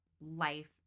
life